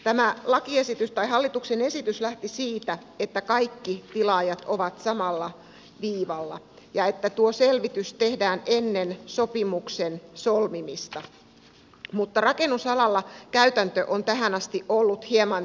tämä hallituksen esitys lähti siitä että kaikki tilaajat ovat samalla viivalla ja että tuo selvitys tehdään ennen sopimuksen solmimista mutta rakennusalalla käytäntö on tähän asti ollut hieman toisenlainen